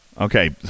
Okay